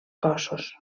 cossos